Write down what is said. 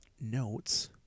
notes